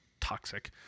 Toxic